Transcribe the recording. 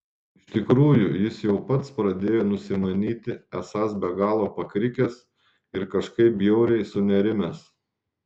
iš tikrųjų jis jau pats pradėjo nusimanyti esąs be galo pakrikęs ir kažkaip bjauriai sunerimęs